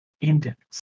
index